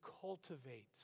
cultivate